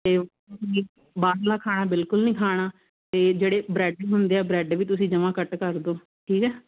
ਅਤੇ ਬਾਹਰਲਾ ਖਾਣਾ ਬਿਲਕੁਲ ਨਹੀਂ ਖਾਣਾ ਅਤੇ ਜਿਹੜੇ ਬਰੈਡ ਹੁੰਦੇ ਹੈ ਬਰੈਡ ਵੀ ਤੁਸੀਂ ਜਮ੍ਹਾਂ ਘੱਟ ਕਰ ਦਿਓ ਠੀਕ ਹੈ